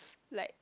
like